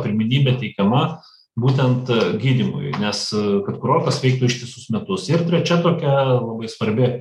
pirmenybė teikiama būtent gydymui nes kurortas veiktų ištisus metus ir trečia tokia labai svarbi